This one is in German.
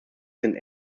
sind